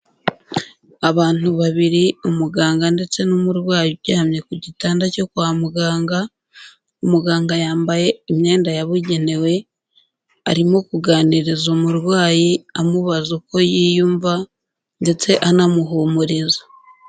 Abantu babiri, umuganga ndetse n'umurwayi uryamye ku gitanda cyo kwa muganga, umuganga yambaye imyenda yabugenewe, arimo kuganiriza umurwayi amubaza uko yiyumva ndetse anamuhumuriza.